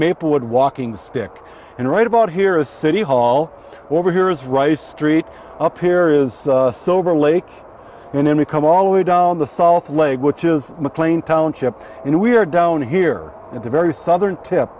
maplewood walking stick and right about here is city hall over here is rice street up here is silver lake and then we come all the way down the south lake which is mclean township and we're down here at the very southern tip